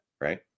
Right